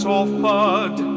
offered